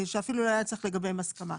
שאפילו לא היה צריך לגביהן הסכמה.